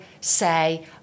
say